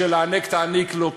"הענק תעניק לו",